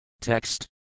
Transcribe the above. Text